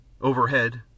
Overhead